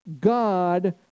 God